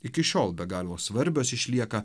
iki šiol be galo svarbios išlieka